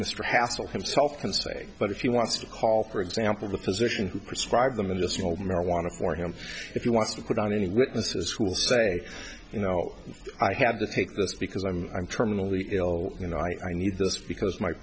mr hassel himself and saying but if he wants to call for example the physician who prescribed them in this mold marijuana for him if you want to put on any witnesses who will say you know i had to take this because i'm i'm terminally ill you know i need this because my